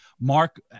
Mark